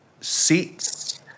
Seats